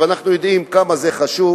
אנחנו יודעים כמה חשוב